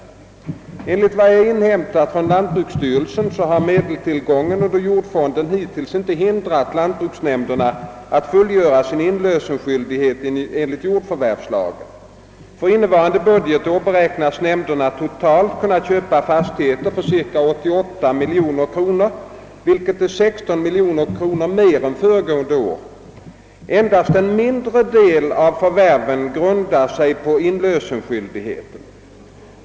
Enligt vad jag har inhämtat från lantbruksstyrelsen har medelstillgången under jordfonden hittills inte hindrat lantbruksnämnderna att fullgöra sin inlösensskyldighet enligt jordförvärvslagen. För innevarande budgetår beräknas nämnderna totalt kunna köpa fastigheter för ca 88 miljoner kronor vilket är 16 miljoner kronor mer än föregående år. Endast en mindre del av förvärven grundar sig på inlösensskyldigheten.